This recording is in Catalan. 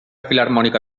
filharmònica